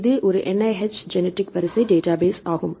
இது ஒரு NIH genetic வரிசை டேட்டாபேஸ் ஆகும்